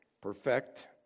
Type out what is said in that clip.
perfect